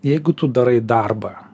jeigu tu darai darbą